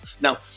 Now